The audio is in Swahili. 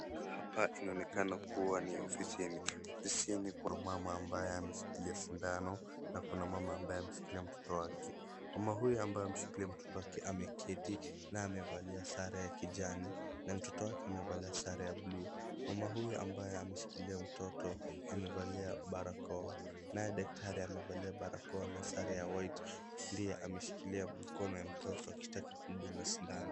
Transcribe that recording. Hapa inaonekana kuwa ni ofisini, ofisini kuna mama ambaye ameshikilia sindano na kuna amama ambaye ameshikilia mtoto wake. Mama huyo ambaye ameshikilia mtoto wake ameketi na amevalia sare ya kijani na mtoto wake amevalia sare ya buluu. Mama huyu ambaye ameshikilia mtoto amevalia barakoa naye daktari amevalia barakoa na sare ya white . Pia ameshikilia mkono wa mtoto akitaka kumdunga sindano.